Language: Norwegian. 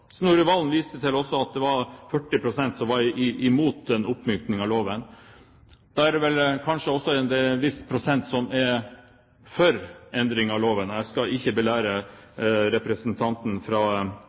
også til at det var 40 pst. som var imot en oppmykning av loven. Da er det vel kanskje også en viss prosent som er for endring av loven. Jeg skal ikke belære